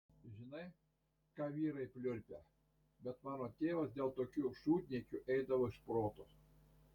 žinai ką vyrai pliurpia bet mano tėvas dėl tokių šūdniekių eidavo iš proto